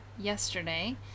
yesterday